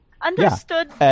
understood